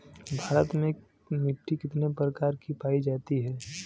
भारत में मिट्टी कितने प्रकार की पाई जाती हैं?